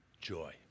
joy